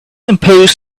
impose